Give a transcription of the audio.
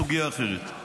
להתייחס לסוגיה אחרת.